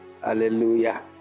Hallelujah